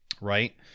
right